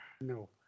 No